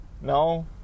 No